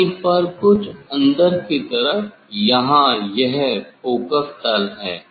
कहीं पर कुछ अंदर की तरफ यहां यह फोकस तल है